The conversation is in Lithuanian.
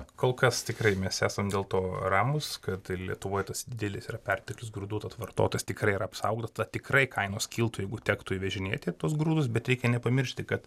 kol kas tikrai mes esam dėl to ramūs kad lietuvoj tas didelis yra perteklius grūdų tad vartotojas tikrai yra apsaugotas ta tikrai kainos kiltų jeigu tektų įvežinėti tuos grūdus bet reikia nepamiršti kad